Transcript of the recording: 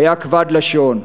היה כבד לשון.